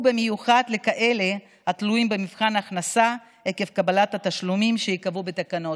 ובמיוחד לכאלה התלויות במבחן הכנסה עקב קבלת התשלומים שייקבעו בתקנות.